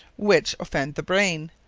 which offend the brain,